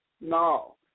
No